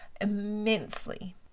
immensely